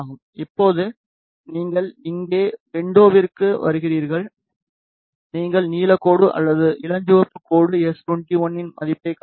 இப்போது நீங்கள் இங்கே விண்டோவிற்கு வருகிறீர்கள் நீங்கள் நீல கோடு அல்லது இளஞ்சிவப்பு கோடு எஸ்21இன் மதிப்பைக் காட்டுகிறது